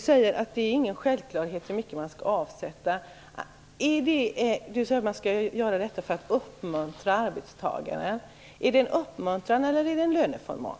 säger att det inte är någon självklarhet hur mycket man skall avsätta och att man skall göra detta för att uppmuntra arbetstagare. Är det en uppmuntran, eller är en löneförmån?